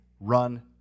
run